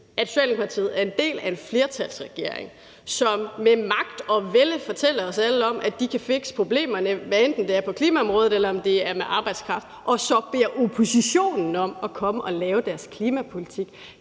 at Socialdemokratiet er en del af en flertalsregering, som med magt og vælde fortæller os alle, at de kan fikse problemerne, hvad enten det er på klimaområdet, eller det handler om arbejdskraft, og så beder oppositionen om at komme og lave deres klimapolitik.